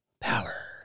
Power